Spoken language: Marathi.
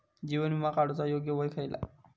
जीवन विमा काडूचा योग्य वय खयला?